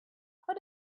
how